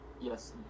Yes